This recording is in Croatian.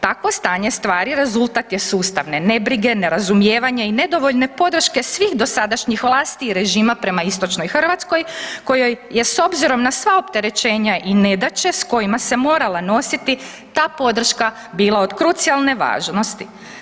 Takvo stanje stvari rezultat je sustavne nebrige, nerazumijevanja i nedovoljne podrške svih dosadašnjih vlasti i režima prema istočnoj Hrvatskoj kojoj je s obzirom na sva opterećenja i nedaće s kojima se morala nositi ta podrška bila od krucijalne važnosti.